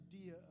idea